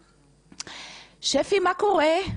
שפי, מה קורה?